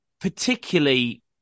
particularly